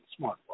smartwatch